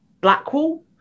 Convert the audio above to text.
Blackwall